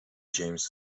james